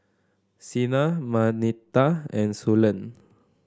Sina Marnita and Suellen